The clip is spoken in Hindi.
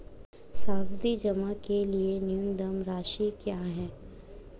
सावधि जमा के लिए न्यूनतम राशि क्या है?